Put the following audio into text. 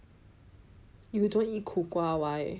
you don't eat 苦瓜 why